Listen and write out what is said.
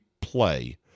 play